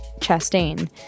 Chastain